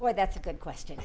why that's a good question